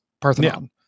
Parthenon